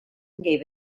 gave